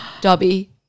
Dobby